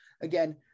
Again